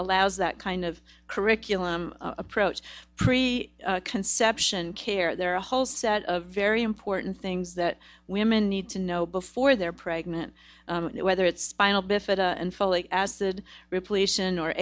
allows that kind of curriculum approach pre conception care there are a whole set of very important things that women need to know before they're pregnant whether it's spinal bifida and folic acid repletion or